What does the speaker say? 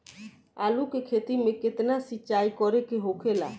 आलू के खेती में केतना सिंचाई करे के होखेला?